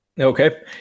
Okay